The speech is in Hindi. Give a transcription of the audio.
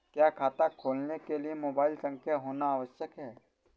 क्या खाता खोलने के लिए मोबाइल संख्या होना आवश्यक है?